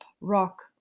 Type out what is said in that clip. rock